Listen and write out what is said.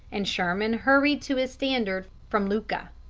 and sherman hurried to his standard from iuka.